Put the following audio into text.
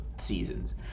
seasons